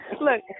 Look